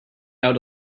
out